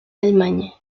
allemagne